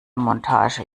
montage